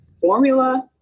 formula